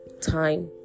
time